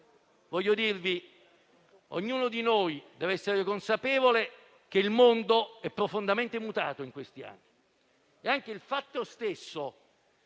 costituzionali. Ognuno di noi deve essere consapevole che il mondo è profondamente mutato in questi anni e anche il fatto stesso